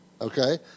Okay